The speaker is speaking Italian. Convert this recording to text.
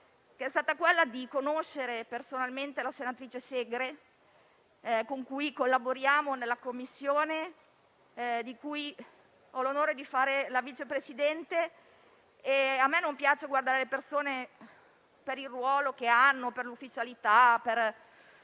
l'enorme fortuna di conoscere personalmente la senatrice Segre, con cui collaboriamo nella Commissione di cui ho l'onore di essere Vice Presidente. A me non piace guardare le persone per il ruolo che hanno, per l'ufficialità